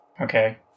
Okay